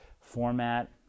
format